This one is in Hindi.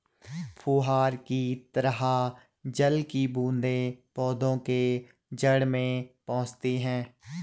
फुहार की तरह जल की बूंदें पौधे के जड़ में पहुंचती है